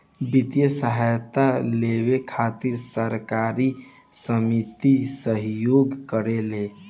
वित्तीय सहायता लेबे खातिर सहकारी समिति सहयोग करेले